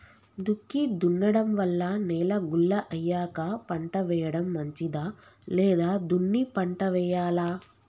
దుక్కి దున్నడం వల్ల నేల గుల్ల అయ్యాక పంట వేయడం మంచిదా లేదా దున్ని పంట వెయ్యాలా?